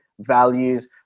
values